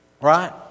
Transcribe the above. right